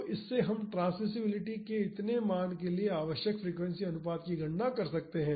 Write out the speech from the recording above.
तो इससे हम ट्रांसमिसिबिलिटी के इतने मान के लिए आवश्यक फ्रीक्वेंसी अनुपात की गणना कर सकते हैं